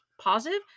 positive